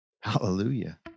Hallelujah